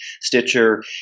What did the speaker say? Stitcher